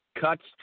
cuts